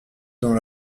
dans